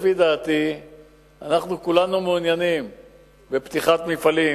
אנחנו כולנו מעוניינים בפתיחת מפעלים,